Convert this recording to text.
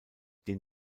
den